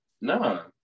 No